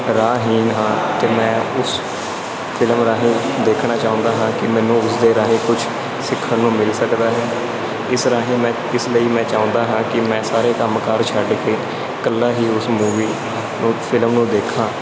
ਰਾਹ ਹੀਨ ਹਾਂ ਅਤੇ ਮੈਂ ਉਸ ਫਿਲਮ ਰਾਹੀਂ ਦੇਖਣਾ ਚਾਹੁੰਦਾ ਹਾਂ ਕਿ ਮੈਨੂੰ ਉਸਦੇ ਰਾਹੀਂ ਕੁਛ ਸਿੱਖਣ ਨੂੰ ਮਿਲ ਸਕਦਾ ਹੈ ਇਸ ਰਾਹੀਂ ਮੈਂ ਕਿਸ ਲਈ ਮੈਂ ਚਾਹੁੰਦਾ ਹਾਂ ਕਿ ਮੈਂ ਸਾਰੇ ਕੰਮ ਕਾਰ ਛੱਡ ਕੇ ਇਕੱਲਾ ਹੀ ਉਸ ਮੂਵੀ ਨੂੰ ਫਿਲਮ ਨੂੰ ਦੇਖਾਂ